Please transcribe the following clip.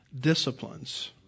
disciplines